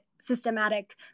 systematic